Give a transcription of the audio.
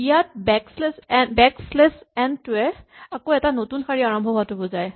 ইয়াত backslash n টোৱে আকৌ এটা নতুন শাৰী আৰম্ভ হোৱাটো বুজায়